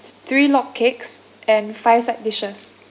three log cakes and five side dishes